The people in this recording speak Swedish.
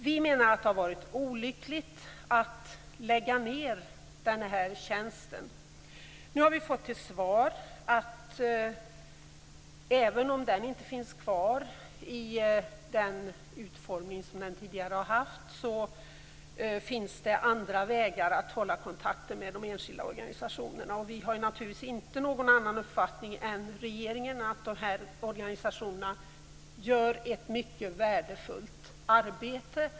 Vi menar att det har varit olyckligt att lägga ned denna tjänst. Nu har vi fått till svar att även om tjänsten inte finns kvar i den utformning som den tidigare har haft finns det andra vägar att hålla kontakten med de enskilda organisationerna. Kristdemokraterna har naturligtvis inte någon annan uppfattning än regeringen; de här organisationerna utför ett mycket värdefullt arbete.